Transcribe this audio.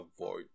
avoid